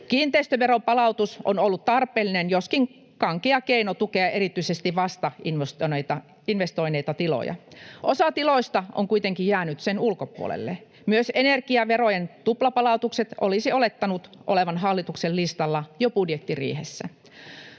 Kiinteistöveronpalautus on ollut tarpeellinen, joskin kankea, keino tukea erityisesti vasta investointeja tehneitä tiloja. Osa tiloista on kuitenkin jäänyt sen ulkopuolelle. Myös energiaverojen tuplapalautuksen olisi olettanut olevan hallituksen listalla jo budjettiriihessä.